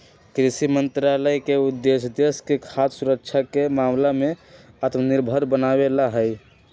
कृषि मंत्रालय के उद्देश्य देश के खाद्य सुरक्षा के मामला में आत्मनिर्भर बनावे ला हई